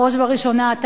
בראש ובראשונה אתה,